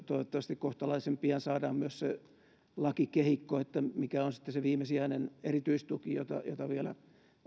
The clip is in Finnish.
toivottavasti kohtalaisen pian saadaan myös lakikehikko mikä on sitten se viimesijainen erityistuki jota jota vielä